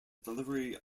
delivery